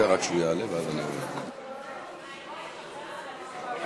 חברי חברי